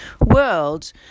world